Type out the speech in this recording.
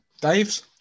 Dave's